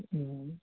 ம்